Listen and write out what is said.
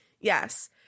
yes